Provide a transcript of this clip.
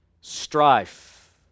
Strife